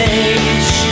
age